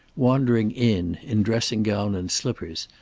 wandering in in dressing-gown and slippers,